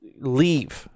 leave